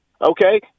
Okay